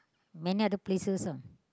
many other places ah